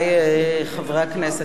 חברי חברי הכנסת,